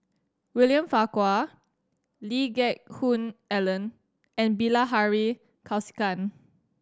William Farquhar Lee Geck Hoon Ellen and Bilahari Kausikan